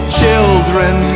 children